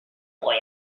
boy